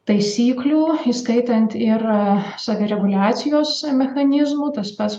taisyklių įskaitant ir savireguliacijos mechanizmų tas pats